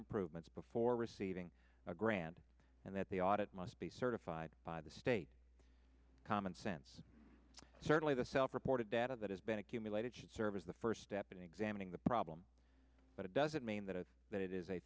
improvements before receiving a grand and that the audit must be certified by the state common sense certainly the self reported data that has been accumulated should serve as the first step in examining the problem but it doesn't mean that that i